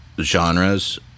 genres